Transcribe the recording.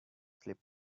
sleep